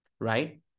right